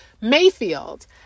Mayfield